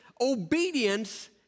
obedience